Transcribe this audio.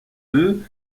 deux